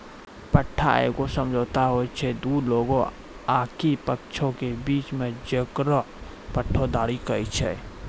पट्टा एगो समझौता होय छै दु लोगो आकि पक्षों के बीचो मे जेकरा पट्टेदारी कही छै